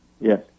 Yes